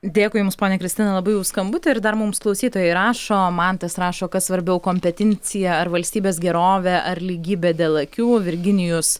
dėkui jums ponia kristina labai už skambutį ir dar mums klausytojai rašo mantas rašo kas svarbiau kompetincija ar valstybės gerovė ar lygybė dėl akių virginijus